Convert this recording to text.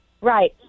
Right